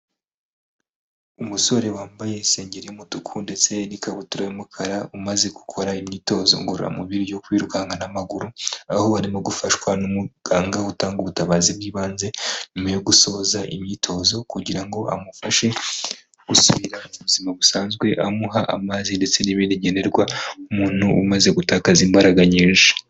Umusore wambaye isengeri y'umutuku ndetse n'ikabutura y'umukara umaze gukora imyitozo ngororamubiri yo kwirukanka n'amaguru aho arimo gufashwa n'umuganga utanga ubutabazi bw'ibanze nyuma yo gusohoza imyitozo kugira ngo amufashe gusubira mu buzima busanzwe amuha amazi ndetse n'ibindi bigenerwa umuntu umaze gutakaza imbaraga nyinshi.